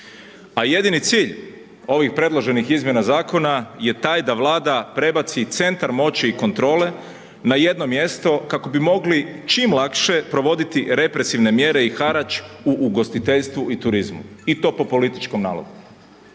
A jedini cilj ovih predloženih izmjena zakona je taj da Vlada prebaci centar moći i kontrole na jedno mjesto kako bi mogli čim lakše provoditi represivne mjere i harač u ugostiteljstvu i turizmu i to po političkom nalogu.